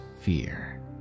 fear